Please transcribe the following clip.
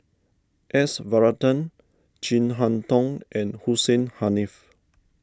S Varathan Chin Harn Tong and Hussein Haniff